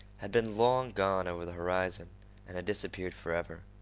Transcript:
had been long gone over the horizon and had disappeared forever.